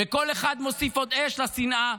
וכל אחד מוסיף עוד אש לשנאה,